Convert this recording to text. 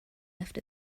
left